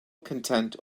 content